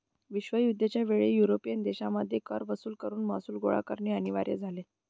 विश्वयुद्ध च्या वेळी युरोपियन देशांमध्ये कर वसूल करून महसूल गोळा करणे अनिवार्य झाले